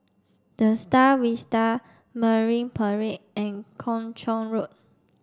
The Star Vista Marine Parade and Kung Chong Road